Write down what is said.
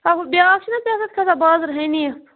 ہہ ہہُ بیاکھ چھے نہ ژےٚ سۭتۍ کھَسان بازَر حنیٖف